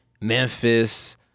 Memphis